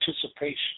participation